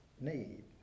need